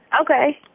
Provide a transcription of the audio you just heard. Okay